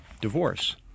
divorce